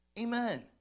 Amen